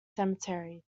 cemetery